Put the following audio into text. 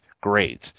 great